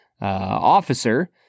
officer